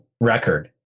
record